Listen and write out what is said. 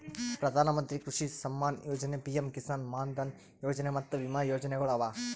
ಪ್ರಧಾನ ಮಂತ್ರಿ ಕೃಷಿ ಸಮ್ಮಾನ ಯೊಜನೆ, ಪಿಎಂ ಕಿಸಾನ್ ಮಾನ್ ಧನ್ ಯೊಜನೆ ಮತ್ತ ವಿಮಾ ಯೋಜನೆಗೊಳ್ ಅವಾ